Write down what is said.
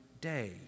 day